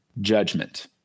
judgment